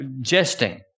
jesting